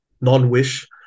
non-wish